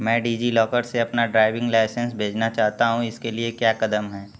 मैं डिजिलॉकर से अपना ड्राइविंग लाइसेंस भेजना चाहता हूँ इसके लिए क्या कदम है